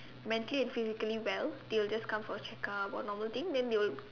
mentally and physically well they will just come for checkup or normal thing then they will